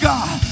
God